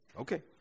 Okay